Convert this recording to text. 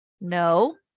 No